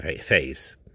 phase